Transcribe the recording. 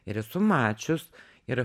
ir esu mačius ir